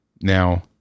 Now